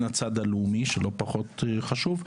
הן הצד הלאומי שלא פחות חשוב.